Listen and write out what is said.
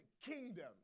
kingdom